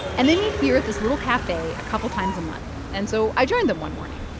and they meet here at this little cafe a couple times a month. and so i joined them one morning